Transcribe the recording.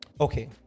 Okay